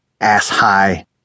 ass-high